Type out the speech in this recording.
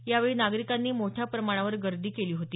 यावेळी नागरिकांनी मोठ्या प्रमाणावर गर्दी केली होती